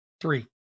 Three